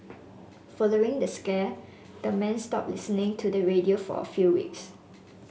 following the scare the men stopped listening to the radio for a few weeks